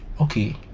okay